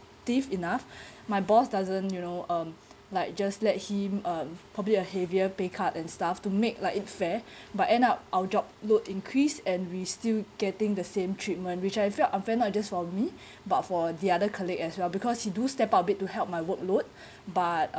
stiff enough my boss doesn't you know um like just let him um probably a heavier pay cut and stuff to make like in fair but end up our job load increase and we still getting the same treatment which I felt unfair not just for me but for the other colleague as well because he do step up it to help my workload but